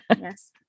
Yes